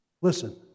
Listen